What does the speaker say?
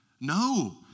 No